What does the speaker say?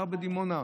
גר בדימונה,